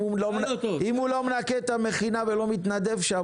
אם הוא לא מנקה את המכינה ולא מתנדב שם,